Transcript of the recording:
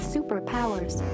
Superpowers